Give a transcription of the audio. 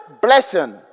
blessing